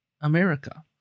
America